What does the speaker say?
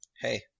Hey